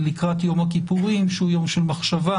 ולקראת יום הכיפורים שהוא יום של מחשבה